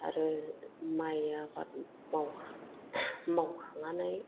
आरो माइ आबाद मावखांनानै